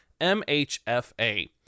mhfa